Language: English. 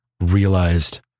realized